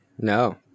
No